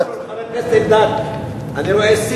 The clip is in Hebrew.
חבר הכנסת אלדד, אני לא רואה אפסילון.